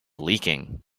leaking